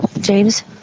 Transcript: James